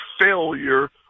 failure